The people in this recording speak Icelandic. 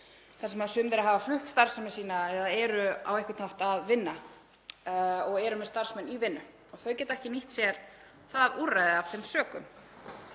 þar sem sum þeirra hafa flutt starfsemi sína eða eru á einhvern hátt að vinna og eru með starfsmenn í vinnu. Þau geta ekki nýtt sér það úrræði af þeim sökum.